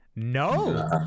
no